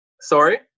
sorry